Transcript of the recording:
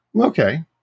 okay